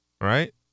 Right